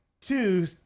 two